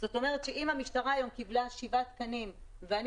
אם המשטרה היום קיבלה 7 תקנים ואני